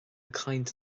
caint